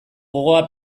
gogoa